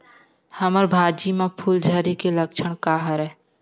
हमर भाजी म फूल झारे के लक्षण का हरय?